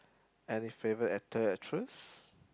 any favorite actor actress